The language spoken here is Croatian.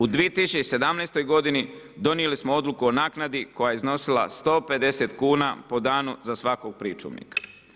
U 2017.g. donijeli smo odluku o naknadi koja je iznosila 150 kn po danu za svakog pričuvnika.